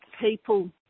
people